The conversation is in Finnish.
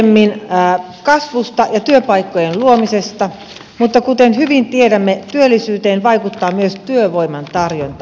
puhuin aiemmin kasvusta ja työpaikkojen luomisesta mutta kuten hyvin tiedämme työllisyyteen vaikuttaa myös työvoiman tarjonta